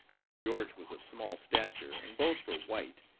as george was of small stature, and both were white,